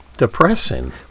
Depressing